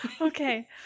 Okay